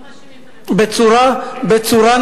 לא מאשימים את הממשלה בצורה נכונה.